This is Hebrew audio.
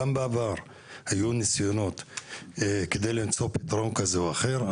גם בעבר היו ניסיונות כדי למצוא פתרון כזה או אחר,